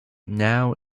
now